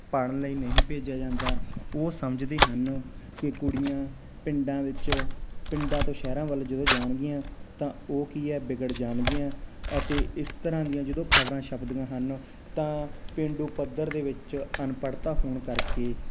ਪੜ੍ਹਨ ਲਈ ਨਹੀਂ ਭੇਜਿਆ ਜਾਂਦਾ ਉਹ ਸਮਝਦੇ ਹਨ ਕਿ ਕੁੜੀਆਂ ਪਿੰਡਾਂ ਵਿੱਚ ਪਿੰਡਾਂ ਤੋਂ ਸ਼ਹਿਰਾਂ ਵੱਲ ਜਦੋਂ ਜਾਣਗੀਆਂ ਤਾਂ ਉਹ ਕੀ ਐ ਵਿਗੜ ਜਾਣਗੀਆਂ ਅਤੇ ਇਸ ਤਰ੍ਹਾਂ ਦੀਆਂ ਜਦੋਂ ਖਬਰਾਂ ਛਪਦੀਆਂ ਹਨ ਤਾਂ ਪੇਂਡੂ ਪੱਧਰ ਦੇ ਵਿੱਚ ਅਨਪੜਤਾ ਹੋਣ ਕਰਕੇ